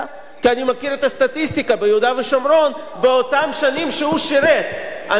כי אני מכיר את הסטטיסטיקה ביהודה ושומרון באותן שנים שהוא שירת ואני,